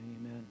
Amen